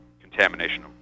contamination